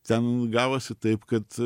ten gavosi taip kad